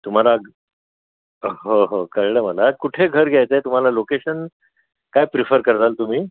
तुम्हाला हो हो कळलं मला कुठे घर घ्यायचं आहे तुम्हाला लोकेशन काय प्रिफर कराल तुम्ही